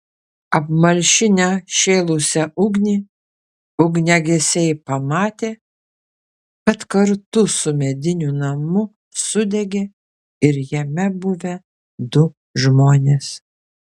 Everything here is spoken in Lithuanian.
apmalšinę šėlusią ugnį ugniagesiai pamatė kad kartu su mediniu namu sudegė ir jame buvę du žmonės